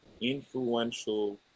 influential